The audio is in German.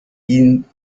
ihn